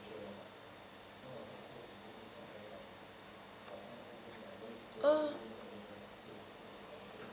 uh